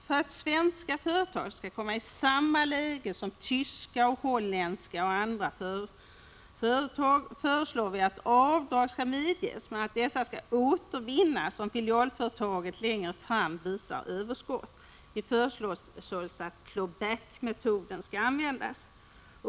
För att svenska företag skall komma i samma läge som tyska, holländska, m.fl. företag föreslår vi att avdrag skall medges men att dessa skall återvinnas, om filialföretaget längre fram visar överskott. Vi föreslår således att claw back-metoden skall användas.